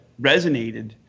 resonated